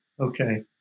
Okay